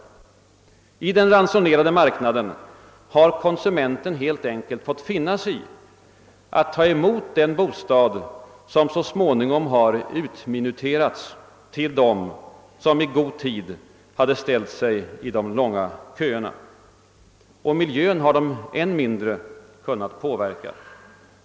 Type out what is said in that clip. På den ransonerade marknaden har konsumenterna helt enkelt fått finna sig i att ta emot den bostad som så småningom utminuterats till dem som i god tid ställt sig i de långa köerna. Miljön har de än mindre kunnat påverka.